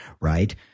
right